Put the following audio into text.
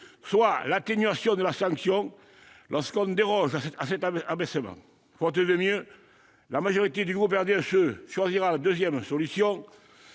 soit l'atténuation de la sanction lorsque l'on déroge à cet abaissement. Faute de mieux, la majorité du groupe du RDSE choisira la seconde solution,